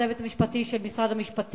לצוות המשפטי של משרד המשפטים,